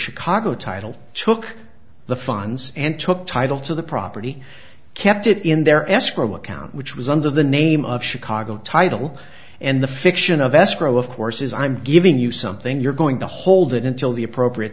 chicago title took the funds and took title to the property kept it in their escrow account which was under the name of chicago title and the fiction of escrow of course is i'm giving you something you're going to hold it until the appropriate